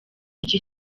iki